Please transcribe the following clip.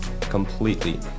Completely